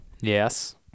Yes